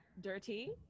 dirty